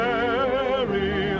Mary